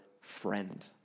friend